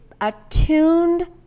attuned